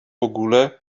ogóle